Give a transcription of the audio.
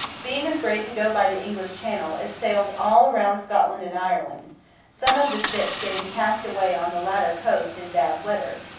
being afraid to go by the english channel, it sailed all round scotland and ireland some of the ships getting cast away on the latter coast in bad weather,